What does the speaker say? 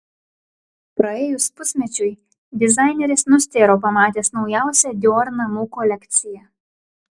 praėjus pusmečiui dizaineris nustėro pamatęs naujausią dior namų kolekciją